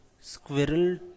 squirrel